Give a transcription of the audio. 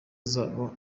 zarwo